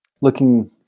looking